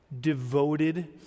devoted